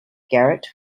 garret